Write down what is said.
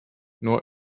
nor